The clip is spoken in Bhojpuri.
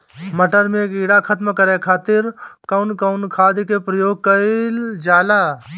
मटर में कीड़ा खत्म करे खातीर कउन कउन खाद के प्रयोग कईल जाला?